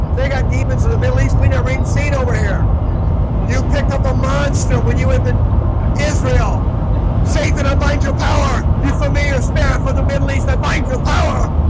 they got demons in the middle east we never in seen over here you picked up a monster when you at the israel say that i bind your power samir spare for the middle east i bind your power